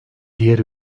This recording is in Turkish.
diğer